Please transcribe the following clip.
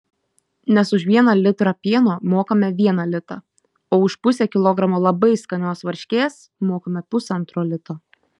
nes už vieną litrą pieno mokame vieną litą o už pusę kilogramo labai skanios varškės mokame pusantro lito